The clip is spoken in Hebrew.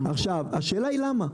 השאלה היא למה.